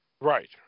right